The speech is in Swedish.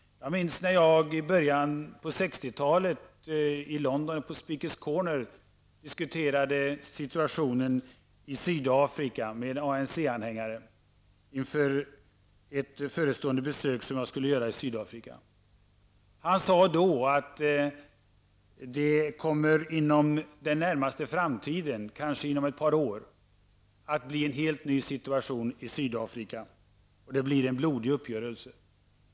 När jag i början av 60-talet i London på Speaker's corner diskuterade situationen i Sydafrika med en ANC-anhängare inför ett förestående besök som jag skulle göra där, sade denne man, att det inom den närmaste framtiden, kanske inom ett par år, kommer att bli en hel ny situation i Sydafrika och att det skulle bli en blodig uppgörelse.